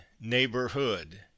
Neighborhood